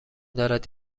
دارد